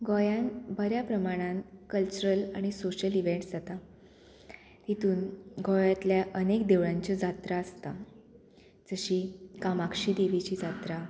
गोंयान बऱ्या प्रमाणान कल्चरल आनी सोशल इवँट्स जाता तितून गोंयांतल्या अनेक देवळांच्यो जात्रा आसता जशी कामाक्षी देवीची जात्रा